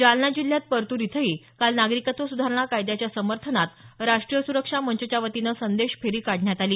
जालना जिल्ह्यात परतूर इथंही काल नागरिकत्व सुधारणा कायद्याच्या समर्थनात राष्ट्रीय सुरक्षा मंचच्यावतीनं संदेश फेरी काढण्यात आली